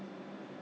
因为他